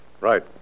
Right